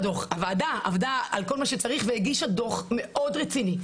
הוועדה עבדה על כל מה שצריך והגישה דוח מאוד רציני,